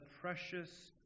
precious